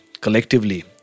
collectively